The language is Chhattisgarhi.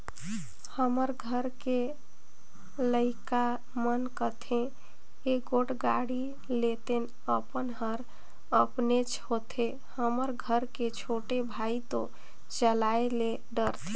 हमर घर के लइका मन कथें एगोट गाड़ी लेतेन अपन हर अपनेच होथे हमर घर के छोटे भाई तो चलाये ले डरथे